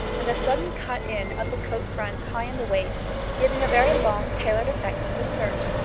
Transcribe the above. and a sudden cut-in of the coat-front high in the waist, giving a very long-tailed effect to the skirt.